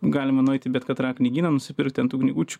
galima nueit į bet katrą knygyną nusipirkt ten tų knygučių